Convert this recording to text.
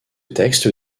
texte